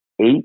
Eight